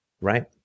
right